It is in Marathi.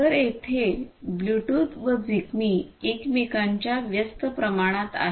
तर तेथे ब्लूटूथ व झिगबी एकमेकांच्या व्यस्त प्रमाणात आहेत